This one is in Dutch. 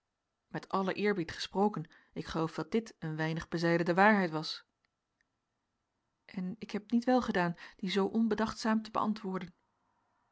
met allen eerbied gesproken ik geloof dat dit een weinig bezijden de waarheid was en ik heb niet welgedaan die zoo onbedachtzaam te beantwoorden